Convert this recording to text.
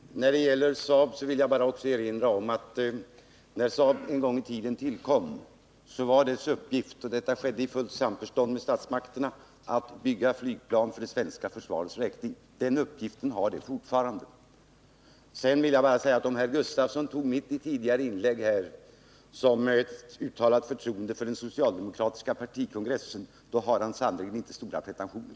Herr talman! När det gäller Saab vill jag bara erinra om att Saabs uppgift när det en gång i tiden tillkom — och detta skedde i fullt samförstånd med statsmakterna— var att bygga flygplan för det svenska försvarets räkning. Den uppgiften har Saab fortfarande. Om herr Gustavsson tolkade mitt tidigare inlägg som ett uttalat förtroende för den socialdemokratiska partikongressen har han sannerligen inte stora pretentioner.